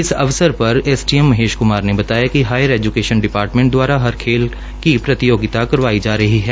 इस अवसर पर एसडीएम महेश कुमार ने बताया कि हायर एज्केशन डिपार्टमेंट दवारा हर खेल की प्रतियोगिता करवाई जा रही है